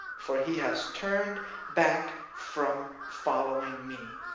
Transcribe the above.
for he has turned back from following me,